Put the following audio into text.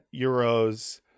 euros